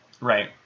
Right